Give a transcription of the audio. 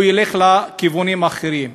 הוא ילך לכיוונים אחרים.